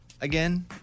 again